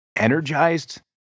energized